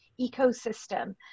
ecosystem